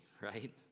right